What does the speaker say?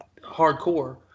hardcore